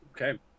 Okay